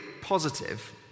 positive